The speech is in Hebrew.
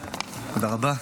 תודה רבה.